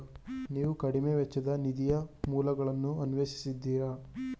ನೀವು ಕಡಿಮೆ ವೆಚ್ಚದ ನಿಧಿಯ ಮೂಲಗಳನ್ನು ಅನ್ವೇಷಿಸಿದ್ದೀರಾ?